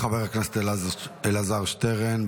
חבר הכנסת אלעזר שטרן,